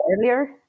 earlier